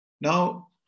Now